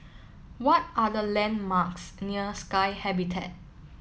what are the landmarks near Sky Habitat